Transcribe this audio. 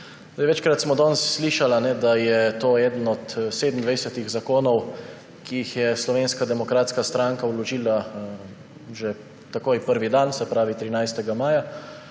Večkrat smo danes slišali, da je to eden od 27 zakonov, ki jih je Slovenska demokratska stranka vložila že takoj prvi dan, se pravi 13. maja,